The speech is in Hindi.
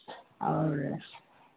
और